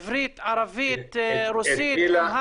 עברית, ערבית, רוסית, אמהרית?